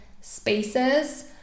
spaces